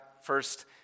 first